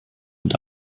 und